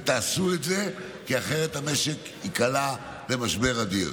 ותעשו את זה, כי אחרת המשק ייקלע למשבר אדיר.